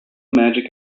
magic